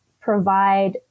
provide